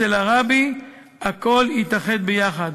אצל הרבי הכול התאחד ביחד